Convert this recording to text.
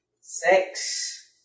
Six